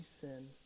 sin